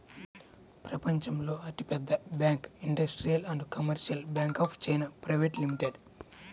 ప్రపంచంలో అతిపెద్ద bank industrial and commercial bank of China private limited